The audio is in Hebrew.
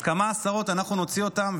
על כמה עשרות אנחנו נוציא אותם?